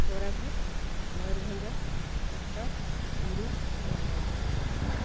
Koraput Mayurbhanj Cuttack Puri Nabarangpur